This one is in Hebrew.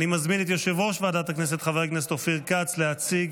אני מזמין את יושב-ראש ועדת הכנסת חבר הכנסת אופיר כץ להציג